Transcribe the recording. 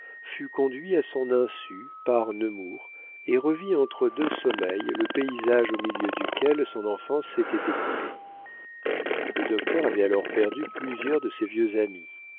fut conduit à son insu par nemours et revit entre deux sommeils le paysage au milieu duquel son enfance s'était écoulée le docteur avait alors perdu plusieurs de ses vieux amis